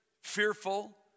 fearful